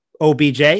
OBJ